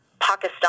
Pakistan